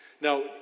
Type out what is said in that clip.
Now